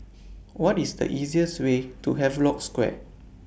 What IS The easiest Way to Havelock Square